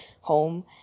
home